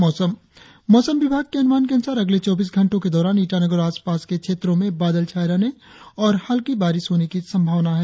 और अब मौसम मौसम विभाग के अनुमान के अनुसार अगले चौबीस घंटो के दौरान ईटानगर और आसपास के क्षेत्रो में बादल छाये और हलकी बारिस होने की संभावनाएं है